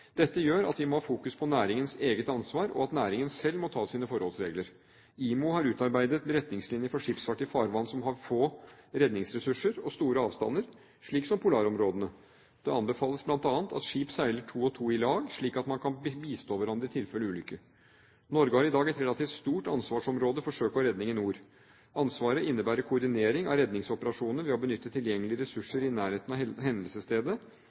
Dette gjør at vi må ha fokus på næringens eget ansvar og at næringen selv må ta sine forholdsregler. IMO har utarbeidet retningslinjer for skipsfart i farvann som har få redningsressurser og store avstander, slik som polarområdene. Det anbefales bl.a. at skip seiler to og to i lag, slik at man kan bistå hverandre i tilfelle en ulykke. Norge har i dag et relativt stort ansvarsområde for søk og redning i nord. Ansvaret innebærer koordinering av redningsoperasjoner ved å benytte tilgjengelige ressurser i nærheten av hendelsesstedet,